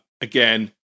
again